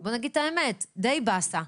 בואו נגיד את האמת, די באסה.